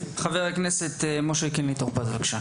חבר הכנסת משה קינלי טור פז, בבקשה.